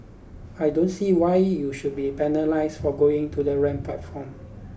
I don't see why you should be penalised for going to the wrong platform